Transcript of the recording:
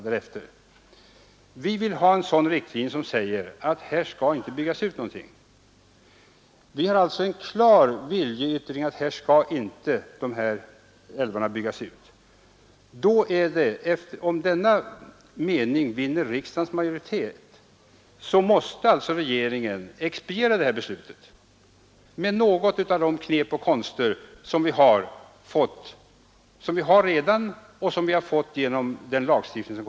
Men vi vill ha en riktlinje som går ut på att det inte skall ske någon utbyggnad, det är en klar viljeyttring. Om det blir majoritet i riksdagen för denna mening, måste alltså regeringen expediera detta beslut med något av de knep och konster som redan finns i den nuvarande och kommande lagstiftningen.